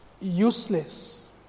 useless